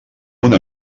una